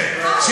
כן.